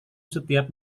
setiap